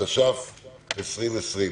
התש"ף-2020.